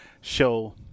show